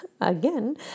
again